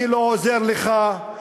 אני לא עוזר לך,